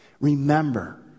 Remember